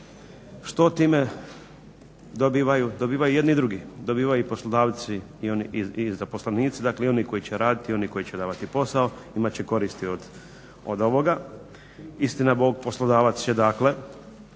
Što time dobivaju? Dobivaju i jedni i drugi, dobivaju i poslodavci i zaposlenici, dakle i oni koji će raditi i oni koji će davati posao imat će koristi od ovoga. Istina bog, poslodavac će dakle